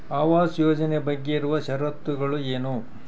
ಆವಾಸ್ ಯೋಜನೆ ಬಗ್ಗೆ ಇರುವ ಶರತ್ತುಗಳು ಏನು?